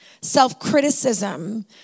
self-criticism